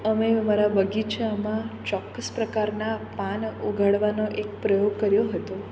અમે અમારા બગીચામાં ચોક્કસ પ્રકારના પાન ઓગાળવાનો એક પ્રયોગ કર્યો હતો